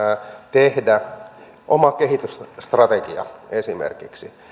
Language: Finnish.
tehdä oma kehitysstrategia esimerkiksi